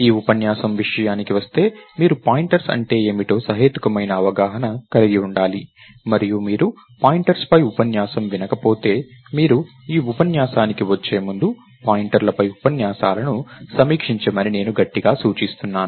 ఈ ఉపన్యాసం విషయానికి వస్తే మీరు పాయింటర్స్ అంటే ఏమిటో సహేతుకమైన అవగాహన కలిగి ఉండాలి మరియు మీరు పాయింటర్స్పై ఉపన్యాసం వినకపోతే మీరు ఈ ఉపన్యాసానికి వచ్చే ముందు పాయింటర్లపై ఉపన్యాసాలను సమీక్షించమని నేను గట్టిగా సూచిస్తున్నాను